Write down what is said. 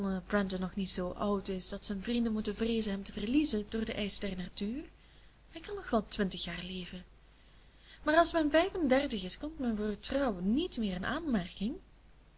brandon nog niet zoo oud is dat zijn vrienden moeten vreezen hem te verliezen door den eisch der natuur hij kan nog wel twintig jaar leven maar als men vijf en dertig is komt men voor trouwen niet meer in aanmerking